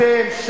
אתם,